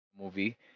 movie